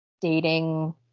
dating